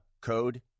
code